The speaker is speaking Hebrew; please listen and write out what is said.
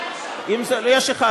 אדוני, אתה לא רצית להיות שר הקליטה.